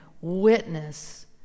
witness